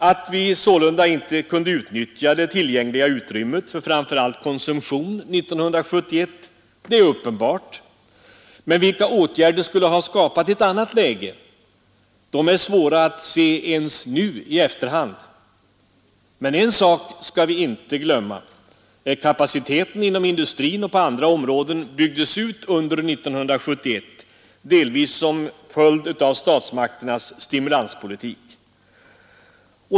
Att vi sålunda inte kunde utnyttja det tillgängliga utrymmet framför allt för konsumtion 1971 är uppenbart, men vilka åtgärder skulle ha skapat ett annat läge? Sådana åtgärder är inte lätta att peka på ens nu, i efterhand. En sak skall vi inte glömma: kapaciteten inom industrin och på andra områden byggdes ut under 1971, delvis som följd av statsmakternas stimulanspolitik.